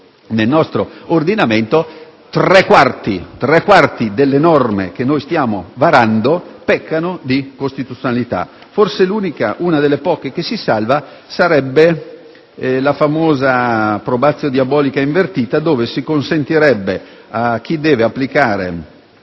nel nostro ordinamento, tre quarti delle norme che stiamo varando peccano di incostituzionalità. Forse l'unica, o una delle poche, che si salva sarebbe la famosa *probatio* diabolica invertita, in cui si consentirebbe a chi deve applicare